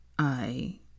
I—